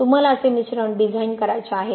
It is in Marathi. तुम्हाला असे मिश्रण डिझाइन करायचे आहे